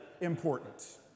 important